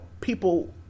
people